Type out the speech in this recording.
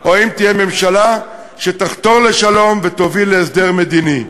או ממשלה שתחתור לשלום ותוביל להסדר מדיני?